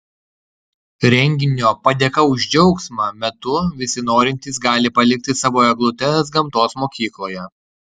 renginio padėka už džiaugsmą metu visi norintys gali palikti savo eglutes gamtos mokykloje